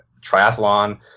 triathlon